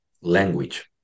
language